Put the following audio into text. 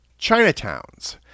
Chinatowns